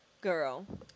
girl